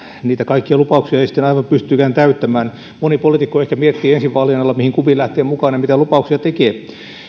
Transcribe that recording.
niitä kaikkia lupauksia ei sitten aivan pystyttykään täyttämään moni poliitikko ehkä miettii ensi vaalien alla mihin kuviin lähtee mukaan ja mitä lupauksia tekee